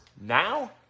now